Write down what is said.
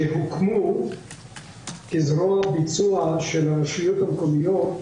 שהוקמו כזרוע ביצוע של הרשויות המקומיות,